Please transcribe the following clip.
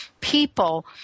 people